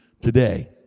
today